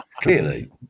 clearly